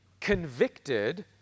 convicted